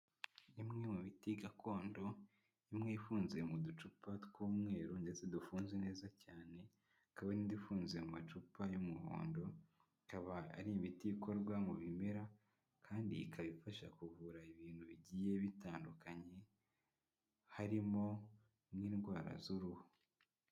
Imwe mu biti gakondo, imwe ifunze mu ducupa tw'umweru ndetse dufunze neza cyane. Kaba n'idi ifunze mu macupa y'umuhondo, ikaba ari ibiti ikorwa mu bimera kandi ikaba ifasha kuvura ibintu bigiye bitandukanye. Harimo n'indwara z'uruhu.